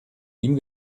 ihm